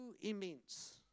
immense